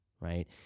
right